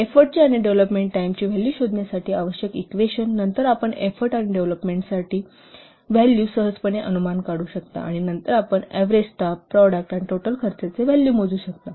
एफोर्टचे आणि development time value शोधण्यासाठी आवश्यक इक्वेशन नंतर आपण एफोर्ट आणि डेव्हलोपमेंट टाईमसाठी व्हॅल्यू सहजपणे अनुमान काढू शकता आणि नंतर आपण अव्हरेज स्टाफप्रॉडक्ट आणि टोटल खर्चाचे व्हॅल्यू मोजू शकता